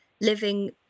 living